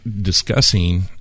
discussing